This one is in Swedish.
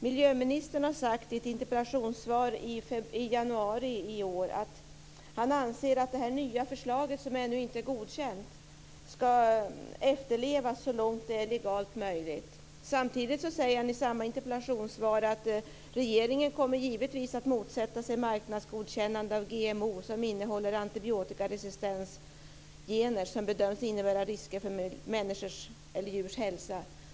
Miljöministern sade i ett interpellationssvar i januari i år att han anser att det nya förslaget som ännu inte är godkänt ska efterlevas så långt det är legalt möjligt. Samtidigt säger han att regeringen kommer givetvis att motsätta sig marknadsgodkännande av GMO som innehåller antibiotikaresistensgener som bedöms innebära risker för människors eller djurs hälsa.